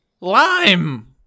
Lime